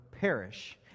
perish